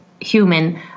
human